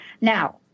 Now